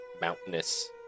mountainous